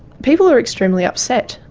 people are extremely upset.